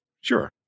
sure